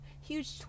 huge